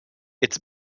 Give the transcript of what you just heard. its